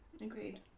Agreed